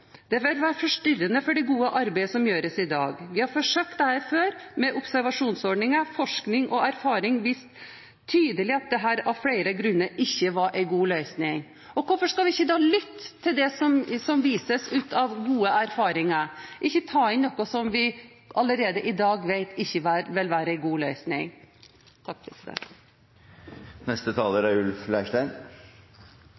Det vil være forstyrrende for det gode arbeidet som gjøres i dag. Vi har forsøkt dette før, med observasjonsordningen – forskning og erfaring viste tydelig at dette av flere grunner ikke var noen god løsning». Hvorfor skal vi ikke da lytte til det som vises av gode erfaringer – ikke ta inn noe som vi allerede i dag vet ikke vil være en god løsning?